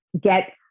get